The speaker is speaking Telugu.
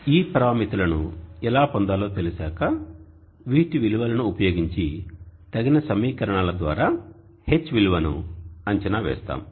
ఈ పరామితులను ఎలా పొందాలో తెలిశాక వీటి విలువలను ఉపయోగించి తగిన సమీకరణాల ద్వారా H విలువను అంచనా వేస్తాము